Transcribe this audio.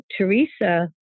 Teresa